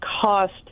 cost